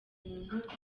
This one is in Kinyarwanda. umuntu